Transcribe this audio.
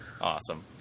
Awesome